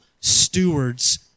stewards